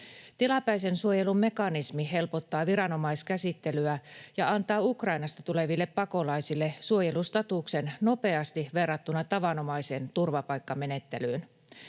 Tilapäisen suojelun mekanismi helpottaa viranomaiskäsittelyä ja antaa Ukrainasta tuleville pakolaisille suojelustatuksen nopeasti verrattuna tavanomaiseen turvapaikkamenettelyyn.